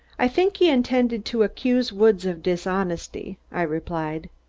i think he intended to accuse woods of dishonesty, i replied.